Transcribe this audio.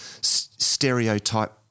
stereotype